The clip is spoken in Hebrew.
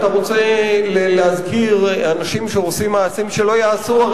אתה רוצה להזכיר אנשים שעושים מעשים שלא ייעשו?